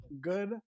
good